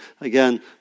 Again